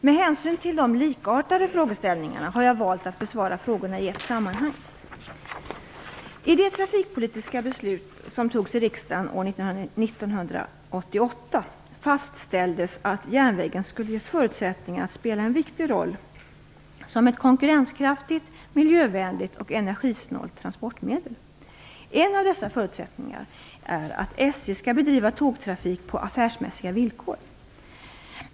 Med hänsyn till de likartade frågeställningarna har jag valt att besvara frågorna i ett sammanhang. 1988 fastställdes att järnvägen skulle ges förutsättning att spela en viktig roll som ett konkurrenskraftigt, miljövänligt och energisnålt transportmedel. En av dessa förutsättningar är att SJ skall bedriva tågtrafik på affärsmässiga villkor.